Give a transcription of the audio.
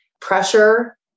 pressure